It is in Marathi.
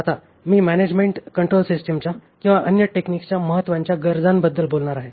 आता मी मॅनेजमेंट कंट्रोल सिस्टीमच्या किंवा अन्य टेक्निकच्या महत्वाच्या गरजांबद्दल बोलणार आहे